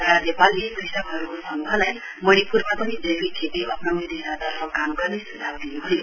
राज्यपालले कृषकहरूको समूहलाई मणिप्रमा पनि जैविक खेती अप्नाउने दिशातर्फ काम गर्ने सुझाउ दिनुभयो